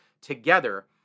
Together